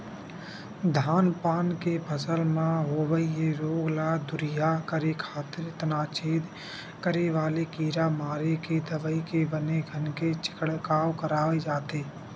धान पान के फसल म होवई ये रोग ल दूरिहा करे खातिर तनाछेद करे वाले कीरा मारे के दवई के बने घन के छिड़काव कराय जाथे